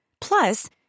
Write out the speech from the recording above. Plus